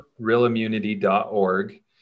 Realimmunity.org